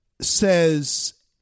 says